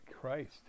Christ